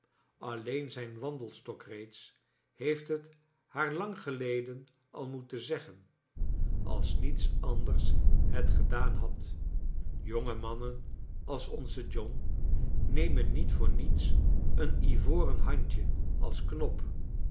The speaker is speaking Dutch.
alleen zijn wandelstok reeds heeft het haar lang geleden al moeten zeggen als niets anders het gedaan had jonge mannen als onze john nemen niet voor niets een ivoren handje als knop